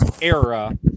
era